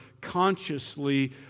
consciously